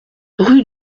rue